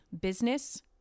business